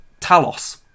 Talos